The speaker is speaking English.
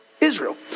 Israel